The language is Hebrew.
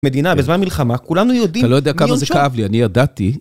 מדינה, בזמן המלחמה, כולנו יהודים. אתה לא יודע כמה זה כאב לי, אני ידעתי.